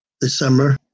December